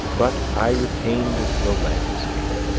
but i retained the landscape,